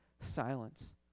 silence